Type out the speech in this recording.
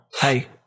hey